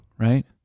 Right